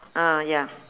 ah ya